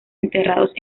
enterrados